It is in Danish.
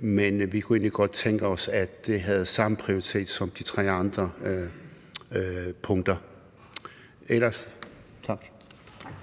men vi kunne egentlig godt tænke os, at det havde samme prioritet som de tre andre punkter. Tak.